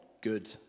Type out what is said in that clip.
good